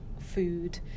food